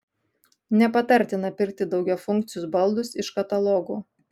nepatartina pirkti daugiafunkcius baldus iš katalogų